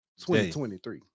2023